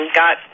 got